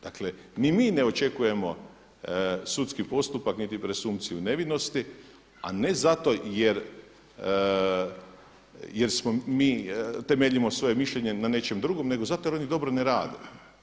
Dakle ni mi ne očekujemo sudski postupak niti presumpciju nevinosti, a ne zato jer mi temeljimo svoje mišljenje na nečem dugom, nego zato jer oni dobro ne rade.